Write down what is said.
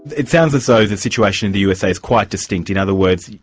it sounds as though the situation in the usa is quite distinct. in other words,